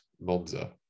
Monza